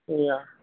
yeah